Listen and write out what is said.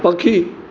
पखी